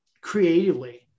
creatively